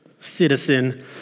citizen